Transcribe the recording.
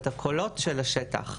את הקולות של השטח.